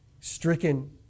stricken